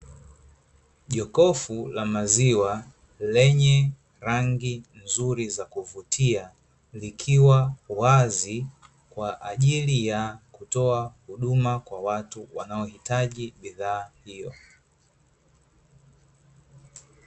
Jokofu la maziwa lenye rangi nzuri za kuvutia, likiwa wazi kwa ajili ya kutoa huduma kwa watu wanaohitaji bidhaa hiyo.